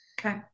Okay